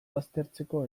baztertzeko